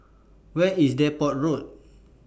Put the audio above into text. Where IS Depot Road